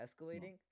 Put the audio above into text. escalating